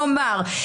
כלומר,